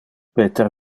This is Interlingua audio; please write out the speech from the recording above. peter